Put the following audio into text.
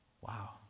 Wow